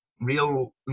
real